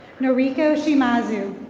noreeka shemazoo.